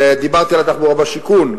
דיברתי על התחבורה והשיכון.